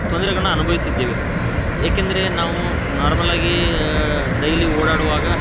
ತೊಂದರೆಗಳ್ನ ಅನುಭವ್ಸಿದ್ದೇವೆ ಏಕೆಂದರೆ ನಾವು ನಾರ್ಮಲ್ಲಾಗಿ ಡೈಲಿ ಓಡಾಡುವಾಗ